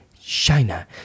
China